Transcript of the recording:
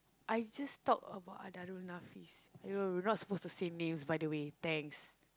I just talk about oh we're not supposed to say names by the way thanks